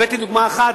הבאתי דוגמה אחת,